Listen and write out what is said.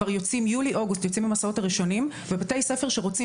ביולי-אוגוסט יוצאים המסעות הראשונים ובתי ספר רוצים